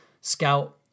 scout